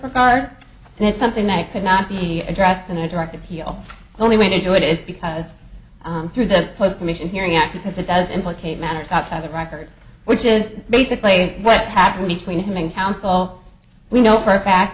regard and it's something that could not be addressed in a direct appeal only way to do it is because through the closed commission hearing out because it does implicate matters outside the record which is basically what happened between him and counsel we know for a fact